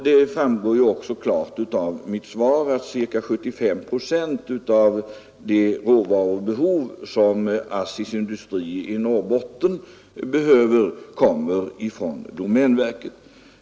Det framgår också klart av mitt svar att ca 75 procent av det råvarubehov som ASSI:s industri i Norrbotten har täcks av domänverket.